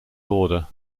border